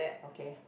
okay